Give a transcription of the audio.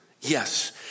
Yes